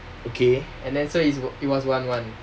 okay